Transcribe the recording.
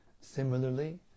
Similarly